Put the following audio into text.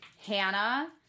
Hannah